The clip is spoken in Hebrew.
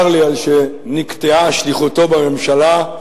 צר לי על שנקטעה שליחותו בממשלה.